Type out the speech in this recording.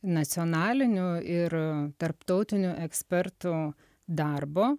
nacionalinių ir tarptautinių ekspertų darbo